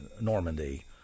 Normandy